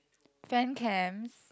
fan cams